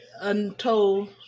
untold